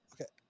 okay